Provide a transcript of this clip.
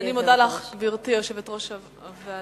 אני מודה לך, גברתי יושבת-ראש הוועדה.